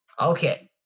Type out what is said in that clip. Okay